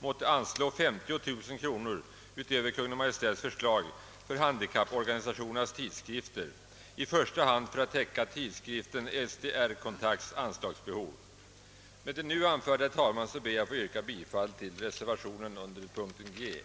måtte anslå 50 000 kronor utöver Kungl. Maj:ts förslag för handikapporganisationernas tidskrifter, i första hand för att täcka tidskriftens SDR-kontakt anslagsbehov. Herr talman! Med det nu anförda ber jag att få yrka bifall till reservationen H 1.